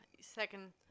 Second